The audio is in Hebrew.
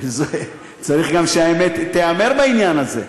צריך גם שהאמת תיאמר, בעניין הזה.